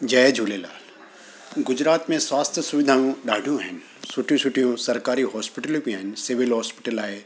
जय झूलेलाल गुजरात में स्वास्थ्य सुविधाऊं ॾाढियूं आहिनि सुठियूं सुठियूं सरकारी हॉस्पिटल बि आहिनि सिविल हॉस्पिटल आहे